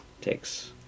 Takes